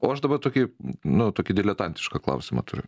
o aš daba tokį nu tokį diletantišką klausimą turiu